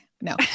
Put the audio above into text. No